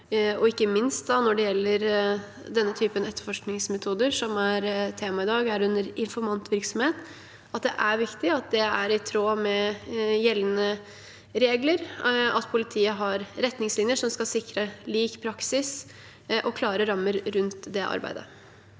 og ikke minst når det gjelder denne typen etterforskningsmetoder som er tema i dag, herunder informantvirksomhet, at det er viktig at det er i tråd med gjeldende regler, og at politiet har retningslinjer som skal sikre lik praksis og klare rammer rundt det arbeidet.